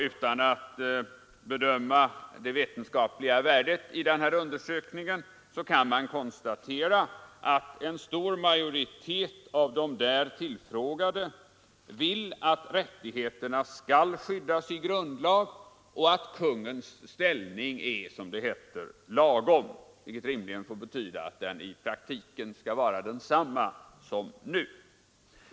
Utan att bedöma det vetenskapliga värdet i denna undersökning kan man konstatera, att en stor majoritet av de där tillfrågade vill att rättigheterna skall skyddas i grundlag och att kungens ställning är som det heter ”lagom”, vilket rimligen får betyda att den i praktiken skall vara densamma som nu.